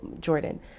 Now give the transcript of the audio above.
Jordan